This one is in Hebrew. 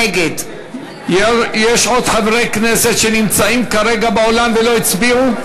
נגד יש עוד חברי כנסת שנמצאים כרגע באולם ולא הצביעו?